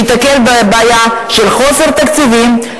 ניתקל בבעיה של חוסר תקציבים,